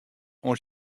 oan